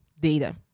data